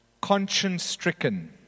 conscience-stricken